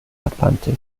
atlantik